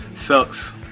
Sucks